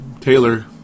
Taylor